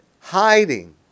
hiding